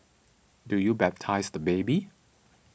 do you baptise the baby